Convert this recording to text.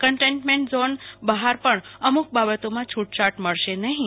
containment zone બહાર પણ અમૂક બાબતોમાં છૂટછાટ મળશે નહિં